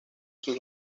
sus